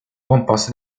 composte